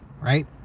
right